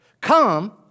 Come